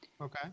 okay